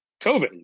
COVID